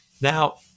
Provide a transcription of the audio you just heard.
Now